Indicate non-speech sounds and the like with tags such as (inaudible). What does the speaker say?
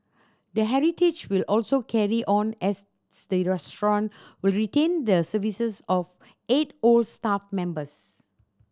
the heritage will also carry on as (unintelligible) restaurant will retain the services of eight old staff members